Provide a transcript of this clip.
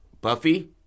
Buffy